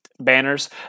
banners